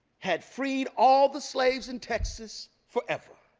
had freed all the slaves in texas forever.